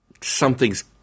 something's